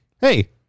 Hey